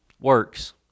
works